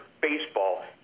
baseball